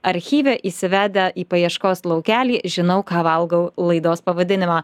archyve įsivedę į paieškos laukelį žinau ką valgau laidos pavadinimą